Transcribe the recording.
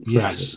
Yes